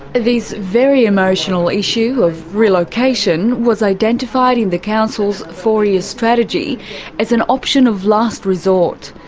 this very emotional issue of relocation was identified in the council's four-year strategy as an option of last resort.